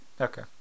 Okay